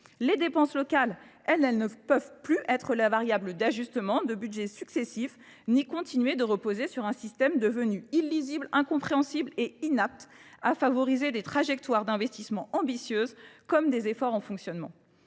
Les dépenses locales, elles ne peuvent plus être la variable d'ajustement de budget successif ni continuer de reposer sur un système devenu illisible, incompréhensible et inapte à favoriser des trajectoires d'investissement ambitieuses comme des efforts en fonctionnement.